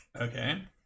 Okay